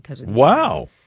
Wow